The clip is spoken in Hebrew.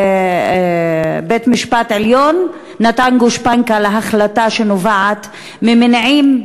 בית-המשפט העליון נתן גושפנקה להחלטה שנובעת ממניעים,